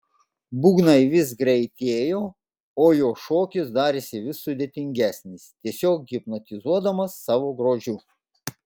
būgnai vis greitėjo o jo šokis darėsi vis sudėtingesnis tiesiog hipnotizuodamas savo grožiu